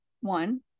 one